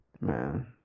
Man